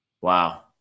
Wow